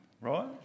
right